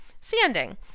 sanding